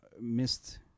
missed